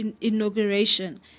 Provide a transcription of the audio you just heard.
inauguration